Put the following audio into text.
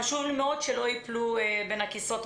חשוב לי שלא ייפלו בין הכיסאות.